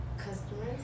Customers